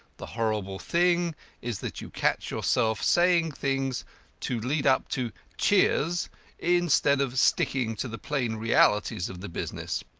the horrible thing is that you catch yourself saying things to lead up to cheers instead of sticking to the plain realities of the business.